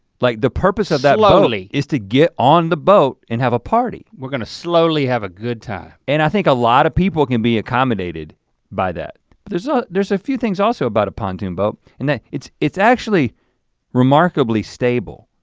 like the purpose of that boat slowly. is to get on the boat and have a party. we're gonna slowly have a good time. and i think a lot of people can be accommodated by that. there's a there's a few things also about a pontoon boat and that it's it's actually remarkably stable.